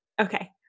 Okay